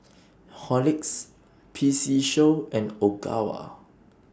Horlicks P C Show and Ogawa